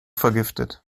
vergiftet